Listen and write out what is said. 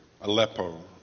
Aleppo